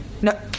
No